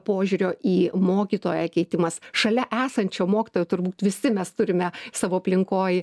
požiūrio į mokytoją keitimas šalia esančio mokytojo turbūt visi mes turime savo aplinkoj